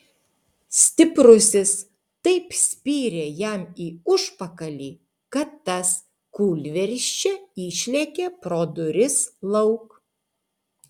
stiprusis taip spyrė jam į užpakalį kad tas kūlversčia išlėkė pro duris lauk